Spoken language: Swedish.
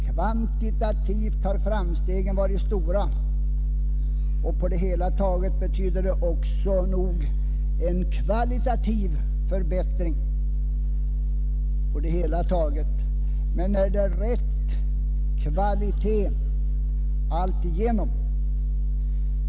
Kvantitativt har framstegen varit stora, och på det hela taget har det nog också varit fråga om en kvalitativ förbättring. Men är det rätt kvalitet alltigenom?